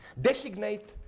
designate